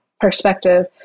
perspective